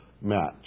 match